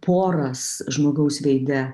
poras žmogaus veide